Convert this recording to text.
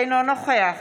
אינו נוכח